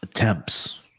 Attempts